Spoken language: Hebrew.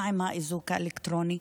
מה עם האיזוק האלקטרוני?